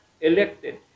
elected